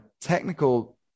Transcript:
technical